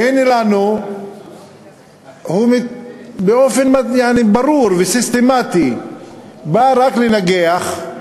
והנה לנו הוא באופן ברור וסיסטמטי בא רק לנגח,